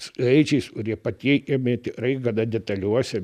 skaičiais kurie pateikiami tikrai gana detaliuose